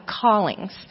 callings